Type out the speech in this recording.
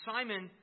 Simon